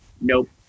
nope